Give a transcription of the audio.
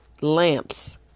lamps